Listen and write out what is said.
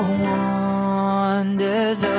wonders